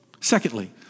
Secondly